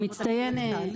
הוא מצטיין --- לא, על התהליך.